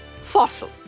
Fossil